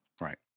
Right